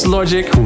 Logic